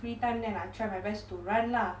free time then I try my best to run lah